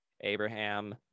abraham